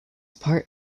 part